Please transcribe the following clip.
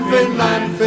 Finland